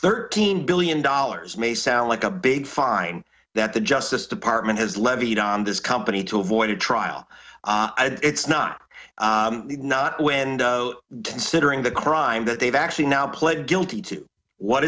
thirteen billion dollars may sound like a big fine that the justice department has levied on this company to avoid a trial it's not not window considering the crime that they've actually now pled guilty to what